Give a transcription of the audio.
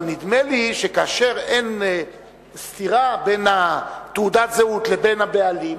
אבל נדמה לי שכאשר אין סתירה בין תעודת הזהות לבין הבעלים,